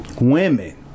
women